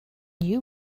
you